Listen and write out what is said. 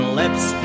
lips